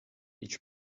each